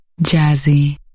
Jazzy